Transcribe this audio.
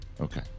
Okay